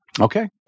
Okay